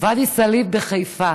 ואדי סאליב בחיפה.